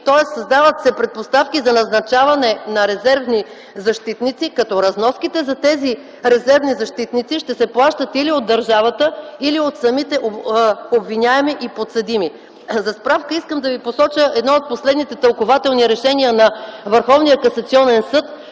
тоест създават се предпоставки за назначаване на резервни защитници, като разноските за тези резервни защитници ще се плащат или от държавата, или от самите обвиняеми и подсъдими. За справка, искам да ви посоча едно от последните тълкувателни решения на